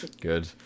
Good